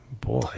Boy